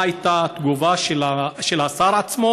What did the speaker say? מה הייתה התגובה של השר עצמו?